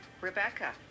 Rebecca